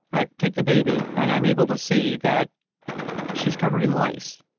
i take the baby, and i'm able to see that she's covered in lice.